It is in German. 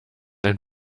ein